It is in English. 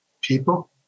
people